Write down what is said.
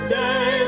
day